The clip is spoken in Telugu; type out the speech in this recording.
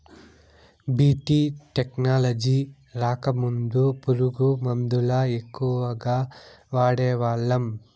బీ.టీ టెక్నాలజీ రాకముందు పురుగు మందుల ఎక్కువగా వాడేవాళ్ళం